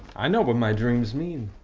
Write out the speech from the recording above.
i know what my dreams mean.